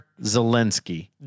Zelensky